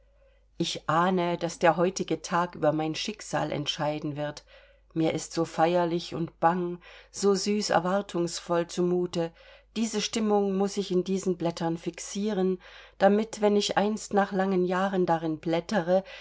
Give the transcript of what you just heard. ich ahne daß der heutige tag über mein schicksal entscheiden wird mir ist so feierlich und bang so süß erwartungsvoll zu mute diese stimmung muß ich in diesen blättern fixieren damit wenn ich einst nach langen jahren darin blättere